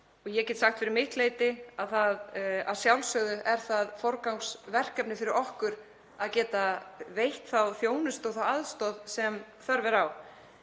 og ég get sagt fyrir mitt leyti að að sjálfsögðu er það forgangsverkefni fyrir okkur að geta veitt þá þjónustu og aðstoð sem þörf er á.